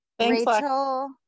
Rachel